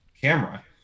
camera